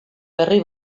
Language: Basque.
berri